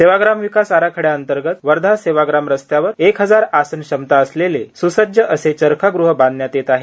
सेवाग्राम विकास आराखड्याअंतर्गत वर्धा सेवाग्राम रस्त्यावर एक हजार आसन क्षमता असलेले स्सज्ज असे चरखा गृह बांधण्यात येत आहे